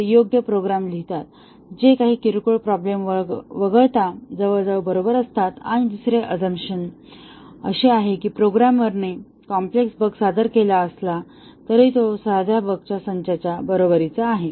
ते योग्य प्रोग्राम लिहितात जे काही किरकोळ प्रॉब्लेम वगळता जवळजवळ बरोबर असतात आणि दुसरी ऑझूमशन अशी आहे की जरी प्रोग्रामरने कॉम्प्लेक्स बग सादर केला असला तरी तो साध्या बगच्या संचाच्या बरोबरीचा आहे